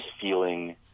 feeling